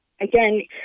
Again